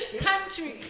Country